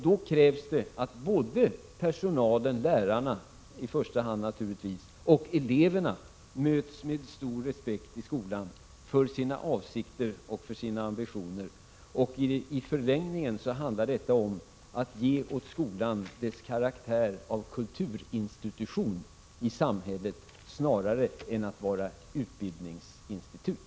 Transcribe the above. Då krävs det att både personalen — lärarna i första hand naturligtvis — och eleverna möts med stor respekt i skolan för sina avsikter och för sina ambitioner. I förlängningen handlar detta om att ge åt skolan karaktären av kulturinstitution i samhället snarare än utbildningsinstitut.